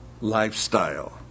lifestyle